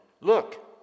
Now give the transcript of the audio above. look